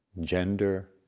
gender